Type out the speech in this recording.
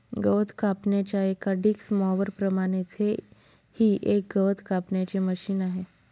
गवत कापण्याच्या एका डिक्स मॉवर प्रमाणेच हे ही एक गवत कापण्याचे मशिन आहे